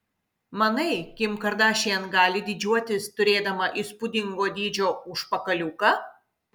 manai kim kardašian gali didžiuotis turėdama įspūdingo dydžio užpakaliuką